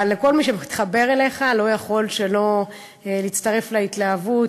אבל כל מי שמתחבר אליך לא יכול שלא להצטרף להתלהבות.